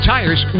Tires